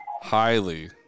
highly